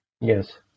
Yes